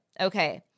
Okay